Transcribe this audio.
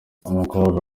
umukobwa